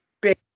big